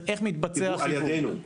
על ידינו.